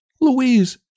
Louise